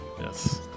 Yes